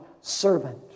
Servant